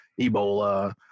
Ebola